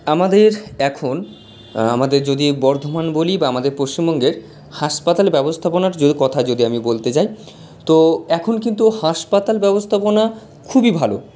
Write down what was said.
আমাদের এখন আমাদের যদি বর্ধমান বলি বা আমাদের পশ্চিমবঙ্গের হাসপাতাল ব্যবস্থাপনার যদি কথা যদি আমি বলতে যাই তো এখন কিন্তু হাসপাতাল ব্যবস্থাপনা খুবই ভালো